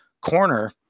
corner